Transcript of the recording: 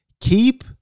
Keep